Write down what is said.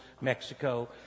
Mexico